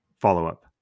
follow-up